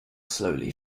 slowly